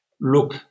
look